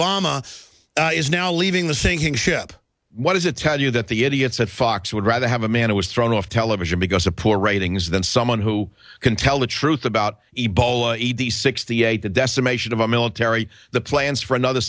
obama is now leaving the sinking ship what does it tell you that the idiots at fox would rather have a man who was thrown off television because of poor ratings than someone who can tell the truth about ebola sixty eight the decimation of our military the plans for another